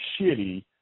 shitty